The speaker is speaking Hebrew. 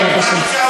בבקשה.